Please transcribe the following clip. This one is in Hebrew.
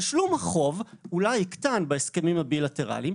תשלום החוב אולי יקטן בהסכמים הבילטרליים,